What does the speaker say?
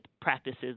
practices